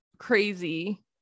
crazy